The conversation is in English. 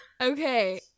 Okay